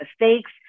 mistakes